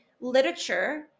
literature